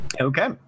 Okay